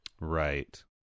Right